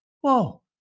whoa